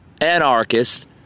anarchist